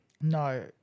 No